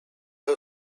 her